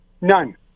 None